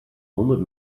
honderd